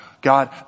God